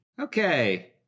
Okay